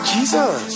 Jesus